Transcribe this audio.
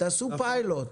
תעשו פיילוט,